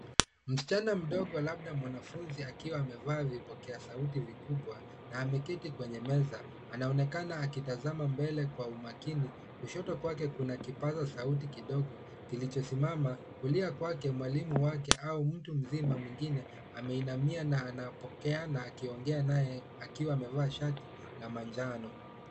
Msichana mdogo labda mwanafunzi akiwa amevaa vipokea sauti vikubwa na ameketi kwenye meza, anaonekana akitazama mbele kwa umakini. Kushoto kwake kuna kipaza sauti kidogo kilichosimama. Kulia kwake mwalimu wake au mtu mzima mwingine ameinamia na anapokea na akiongea naye akiwa amevaa shati la manjano.